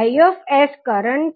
Is current છે